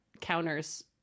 counters